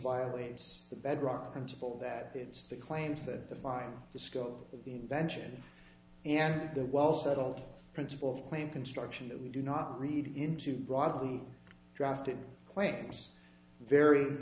violates the bedrock principle that it's the claims that the file the scope of the invention and the well settled principle of claim construction that we do not read into broadly drafted claims very